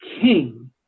king